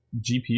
GPU